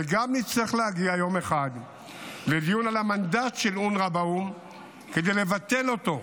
ונצטרך גם להגיע יום אחד לדיון על המנדט של אונר"א באו"ם כדי לבטל אותו,